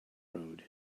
road